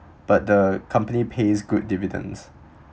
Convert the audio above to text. but the company pays good dividends